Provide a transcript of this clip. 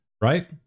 right